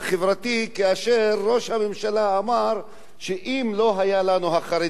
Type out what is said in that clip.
כאשר ראש הממשלה אמר שאם לא היו לנו החרדים והערבים,